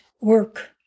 work